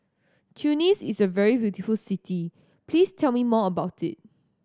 Tunis is a very beautiful city please tell me more about it